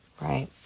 right